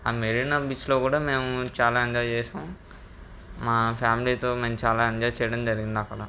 ఆ మెరీనా బీచ్లో కూడా మేము చాలా ఎంజాయ్ చేసాం మా ఫ్యామిలీతో మేం చాలా ఎంజాయ్ చేయటం జరిగింది అక్కడ